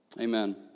Amen